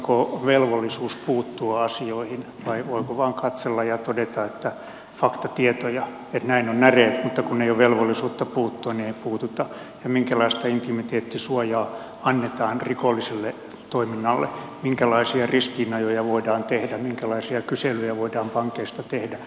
onko velvollisuus puuttua asioihin vai voiko vain katsella ja todeta että nämä ovat faktatietoja näin on näreet mutta kun ei ole velvollisuutta puuttua niin ei puututa ja minkälaista intimiteettisuojaa annetaan rikolliselle toiminnalle minkälaisia ristiinajoja voidaan tehdä minkälaisia kyselyjä voidaan pankeista tehdä